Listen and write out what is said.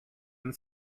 and